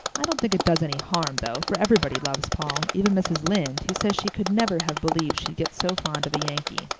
i don't think it does any harm, though, for everybody loves paul, even mrs. lynde, who says she could never have believed she'd get so fond of a yankee.